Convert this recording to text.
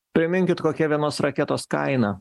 priminkit kokia vienos raketos kaina